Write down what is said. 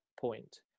point